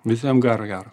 visiem gero gero